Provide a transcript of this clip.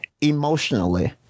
emotionally